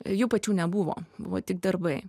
jų pačių nebuvo buvo tik darbai